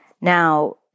Now